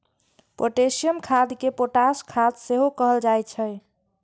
potassium खाद कें potash खाद सेहो कहल जाइ छै